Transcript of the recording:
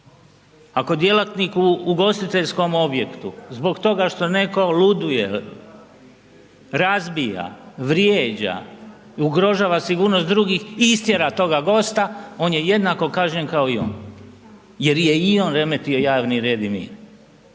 Ako djelatnik u ugostiteljskom objektu zbog toga što netko luduje, razbija, vrijeđa, ugrožava sigurnost drugih istjera toga gosta, on je jednako kažnjen kao i on jer je i on remetio javni red i mir.